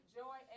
joy